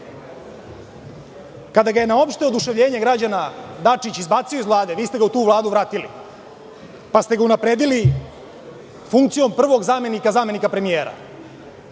Kada ga je na opšte oduševljenje građana Dačić izbacio iz Vlade, vi ste ga u tu Vladu vratili, pa ste ga unapredili funkcijom prvog zamenika zamenika premijera.